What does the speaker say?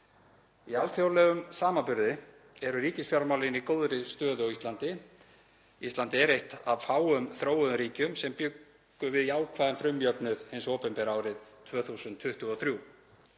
Í alþjóðlegum samanburði eru ríkisfjármálin í góðri stöðu á Íslandi og er Ísland eitt af fáum þróuðum ríkjum sem bjuggu við jákvæðan frumjöfnuð hins opinbera árið 2023.